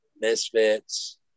Misfits